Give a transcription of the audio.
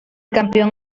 campeón